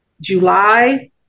July